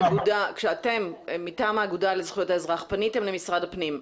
כשאתם מטעם האגודה לזכויות האזרח פניתם למשרד הפנים,